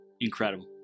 incredible